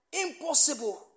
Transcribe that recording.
Impossible